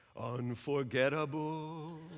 Unforgettable